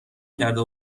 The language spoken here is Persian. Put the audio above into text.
کرده